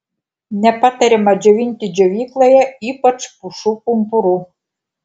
nepatariama džiovinti džiovykloje ypač pušų pumpurų